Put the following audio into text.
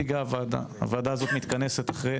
הוועדה הזו מתכנסת אחרי